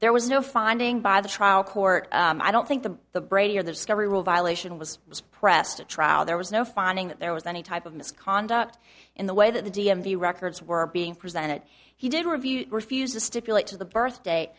there was no finding by the trial court i don't think the the brady or the discovery rule violation was suppressed a trial there was no finding that there was any type of misconduct in the way that the d m v records were being presented he did review refused to stipulate to the birthday